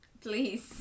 Please